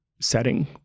setting